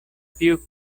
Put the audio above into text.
più